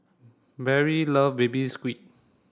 Perry love baby squid